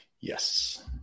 Yes